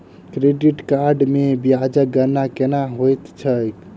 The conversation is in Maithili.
क्रेडिट कार्ड मे ब्याजक गणना केना होइत छैक